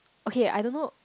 okay I don't know